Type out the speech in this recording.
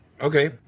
Okay